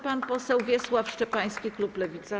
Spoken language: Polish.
Pan poseł Wiesław Szczepański, klub Lewica.